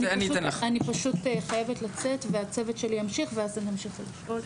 כי אני פשוט חייבת לצאת והצוות שלי ימשיך ואז תמשיכו לשאול.